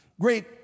great